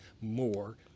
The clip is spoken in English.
more